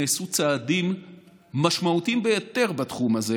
נעשו צעדים משמעותיים ביותר בתחום הזה.